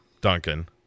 Duncan